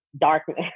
darkness